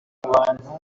bantu